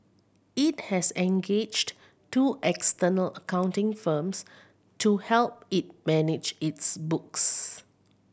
it has engaged two external accounting firms to help it manage its books